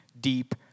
deep